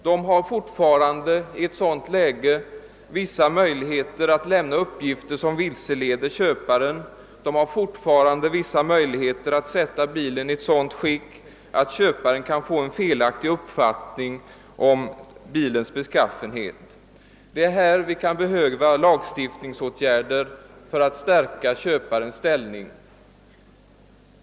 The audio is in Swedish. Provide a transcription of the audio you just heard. De har fortfarande i ett sådant läge vissa möjligheter att lämna uppgifter, som vilseleder köparen, och även att sätta bilen i ett sådant skick att köparen kan få en felaktig uppfattning om dess beskaffenhet. Det är i dessa avseenden som det kan behövas lagstiftningsåtgärder för att stärka köparens ställning.